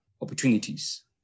opportunities